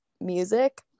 music